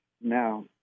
now